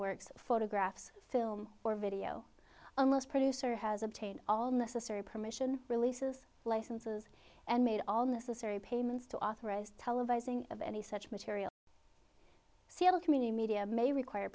works photographs film or video producer has obtained all necessary permission releases licenses and made all necessary payments to authorized televising of any such material sale community media may require